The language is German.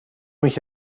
mich